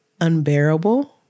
unbearable